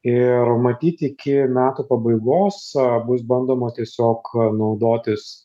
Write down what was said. ir matyt iki metų pabaigos bus bandoma tiesiog naudotis